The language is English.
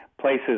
places